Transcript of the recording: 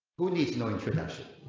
who needs no introduction?